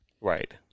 Right